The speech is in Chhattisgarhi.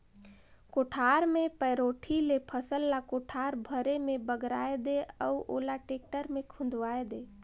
कोठार मे पैरोठी ले फसल ल कोठार भरे मे बगराय दे अउ ओला टेक्टर मे खुंदवाये दे